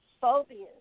Phobias